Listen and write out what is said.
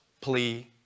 Plea